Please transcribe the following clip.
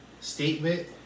statement